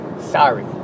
Sorry